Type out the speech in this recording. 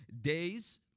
days